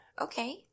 Okay